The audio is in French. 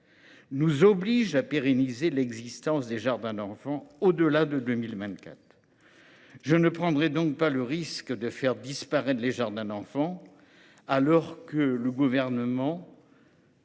nous oblige à pérenniser l’existence des jardins d’enfants au delà de 2024. Je ne prendrai pas le risque de faire disparaître ces structures alors que le Gouvernement